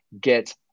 get